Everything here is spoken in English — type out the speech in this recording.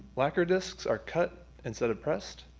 lacquer discs are cut instead of pressed,